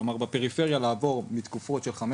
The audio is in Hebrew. כלומר בפריפריה לנסות ולעבור מתקופות של 15